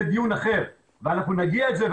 זה דיון אחר ואנחנו נגיע לזה.